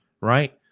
right